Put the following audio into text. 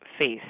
face